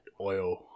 oil